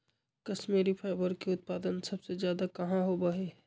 Kashmiri fibre के उत्पादन सबसे ज्यादा कहाँ होबा हई?